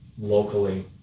locally